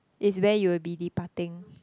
is where you'll be departing